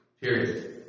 Period